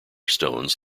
stones